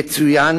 יצוין